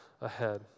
ahead